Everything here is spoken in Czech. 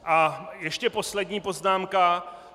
A ještě poslední poznámka.